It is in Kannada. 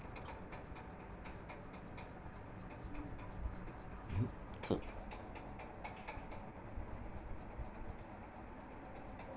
ಒಂದೇ ಬ್ಯಾಂಕಿನೊಳಗೆ ಕಳಿಸಬಹುದಾ ಮತ್ತು ಬೇರೆ ಬೇರೆ ಬ್ಯಾಂಕುಗಳ ನಡುವೆ ಕಳಿಸಬಹುದಾ ಹಾಗೂ ಇನ್ನೊಂದು ದೇಶಕ್ಕೆ ಕಳಿಸಬಹುದಾ?